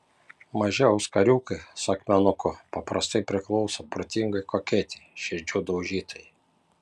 maži auskariukai su akmenuku paprastai priklauso protingai koketei širdžių daužytojai